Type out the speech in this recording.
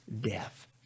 death